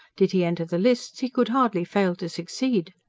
did he enter the lists, he could hardly fail to succeed.